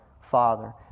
Father